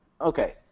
Okay